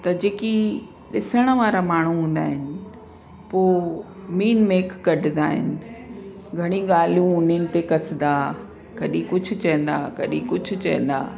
त जेकी ॾिसण वारा माण्हू हूंदा आहिनि पोइ मीन मेख कढंदा आहिनि घणी ॻाल्हियूं उन्हनि ते कसदा कॾहिं कझु चवंदा कॾहिं कुझु चवंदा